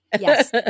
Yes